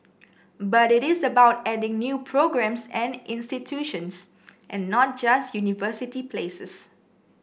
but it is about adding new programmes and institutions and not just university places